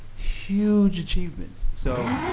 huge achievements. so,